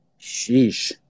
Sheesh